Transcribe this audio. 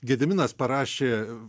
gediminas parašė